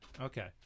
Okay